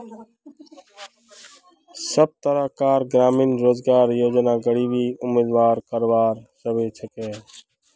सब तरह कार ग्रामीण रोजगार योजना गरीबी उन्मुलानोत कारगर साबित होछे